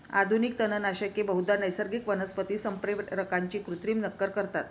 आधुनिक तणनाशके बहुधा नैसर्गिक वनस्पती संप्रेरकांची कृत्रिम नक्कल करतात